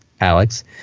Alex